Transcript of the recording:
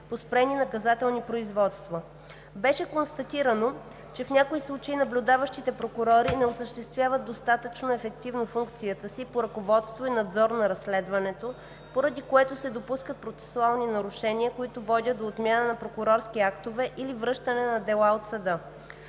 по спрени наказателни производства. Беше констатирано, че в някои случаи наблюдаващите прокурори не осъществяват достатъчно ефективно функцията си по ръководство и надзор на разследването, поради което се допускат процесуални нарушения, които водят до отмяна на прокурорските актове или връщане на делата от съда.